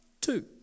Two